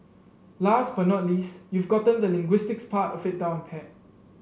last but not least you've gotten the linguistics part of it down pat